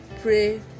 pray